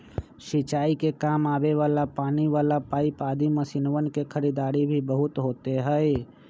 सिंचाई के काम आवे वाला पानी वाला पाईप आदि मशीनवन के खरीदारी भी बहुत होते हई